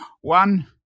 One